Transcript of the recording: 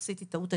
עשיתי טעות,